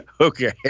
Okay